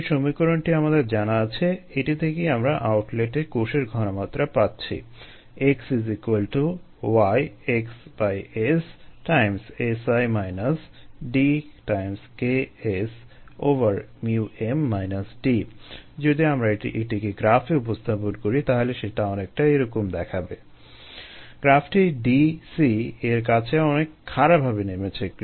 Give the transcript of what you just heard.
নিচের সমীকরণটি আমাদের জানা আছে এটি থেকেই আমরা আউটলেটে কোষের ঘনমাত্রা পাচ্ছি xYxS Si D KSm D যদি আমরা এটিকে গ্রাফে উপস্থাপন করি তাহলে সেটা অনেকটা এরকম দেখাবে গ্রাফটি Dc এর কাছে অনেক খাড়াভাবে নেমেছে